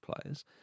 players